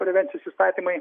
prevencijos įstatymai